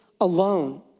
alone